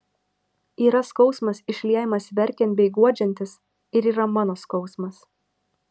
yra skausmas išliejamas verkiant bei guodžiantis ir yra mano skausmas